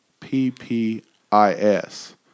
P-P-I-S